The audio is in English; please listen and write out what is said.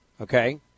Okay